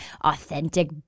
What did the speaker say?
authentic